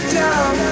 down